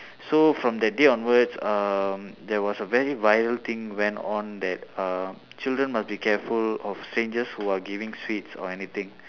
so from that day onwards um there was a very viral thing went on that uh children must be careful of strangers who are giving sweets or anything